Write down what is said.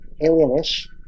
alien-ish